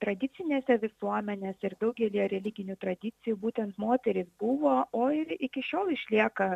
tradicinėse visuomenėse ir daugelyje religinių tradicijų būtent moterys buvo o ir iki šiol išlieka